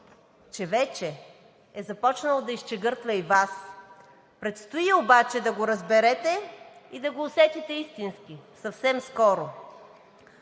че вече е започнало да „изчегъртва“ и Вас. Предстои обаче да го разберете и да го усетите истински съвсем скоро.